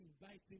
inviting